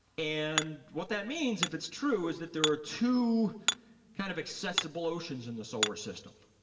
and what that means if it's true, is that there are two kind of accessible oceans in the solar system,